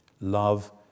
Love